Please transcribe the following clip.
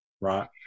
Right